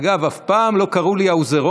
אגב, אבתיסאם, אף פעם לא קראו לי האוזרון.